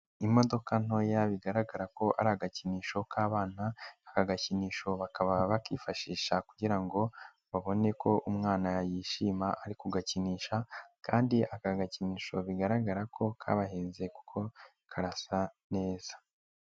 Imodoka ntoya bigaragara ko ari agakinisho k'abana, aka gakinisho bakaba bakifashisha kugira ngo babone ko umwana yayishima ari kugakinisha kandi aka gakinisho bigaragara ko kabahenze kuko karasa neza.